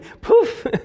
Poof